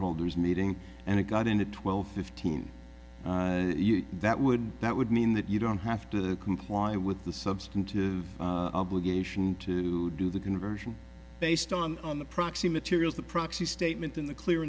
holders meeting and it got in at twelve fifteen that would that would mean that you don't have to comply with the substantive obligation to do the conversion based on the proxy materials the proxy statement in the clear